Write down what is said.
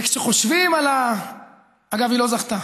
כשחושבים על, אגב, היא לא זכתה,